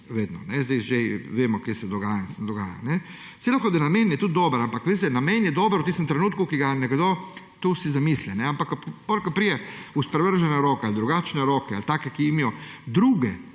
vedno. Zdaj že vemo, kaj se dogaja in se dogaja, kajne. Saj lahko, da namen je tudi dober, ampak veste, namen je dober v tistem trenutku, ki ga nekdo, tu si zamisli, ampak, potem, ko pride v sprevržene roke ali drugačne roke ali take, ki imajo druge